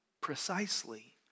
precisely